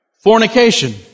Fornication